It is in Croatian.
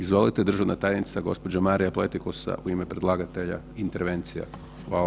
Izvolite, državna tajnica gospođa Marija Pletikosa u ime predlagatelja, intervencija.